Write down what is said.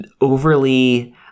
overly